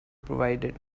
provided